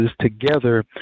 together